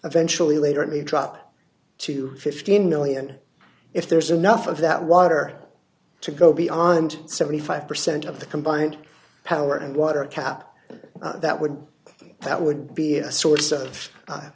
eventually later only drop to fifteen million dollars if there's enough of that water to go beyond seventy five percent of the combined power and water cap that would that would be a source of